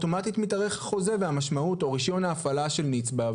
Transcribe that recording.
אוטומטית מתארך החוזה או רישיון ההפעלה של נצבא,